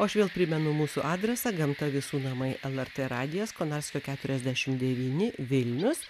aš vėl primenu mūsų adresą gamta visų namai lrt radijas konarskio keturiasdešim devyni vilnius